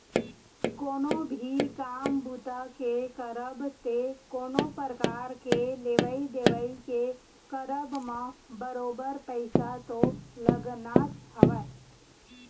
कोनो भी काम बूता के करब ते कोनो परकार के लेवइ देवइ के करब म बरोबर पइसा तो लगनाच हवय